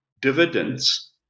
dividends